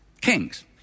kings